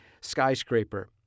skyscraper